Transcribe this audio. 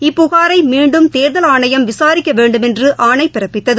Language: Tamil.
இப்புகாரை மீண்டும் தேர்தல் ஆணையம் விசாரிக்க வேண்டுமென்று ஆணை பிறப்பித்தது